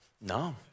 no